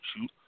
shoot